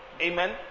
Amen